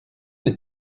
les